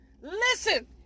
Listen